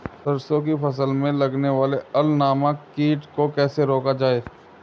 सरसों की फसल में लगने वाले अल नामक कीट को कैसे रोका जाए?